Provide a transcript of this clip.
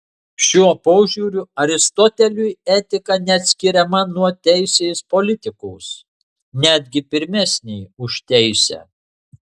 šiuo požiūriu aristoteliui etika neatskiriama nuo teisės politikos netgi pirmesnė už teisę